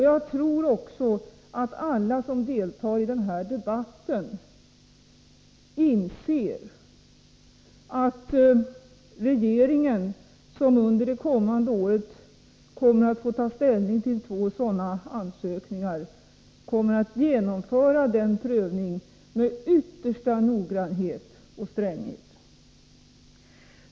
Jag tror också att alla som deltar i den här debatten inser att regeringen, som under det kommande året får ta ställning till två sådana ansökningar, kommer att genomföra den prövningen med yttersta noggrannhet och stränghet.